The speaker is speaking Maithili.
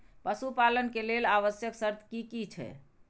पशु पालन के लेल आवश्यक शर्त की की छै?